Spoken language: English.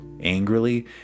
Angrily